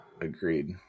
agreed